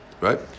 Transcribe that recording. Right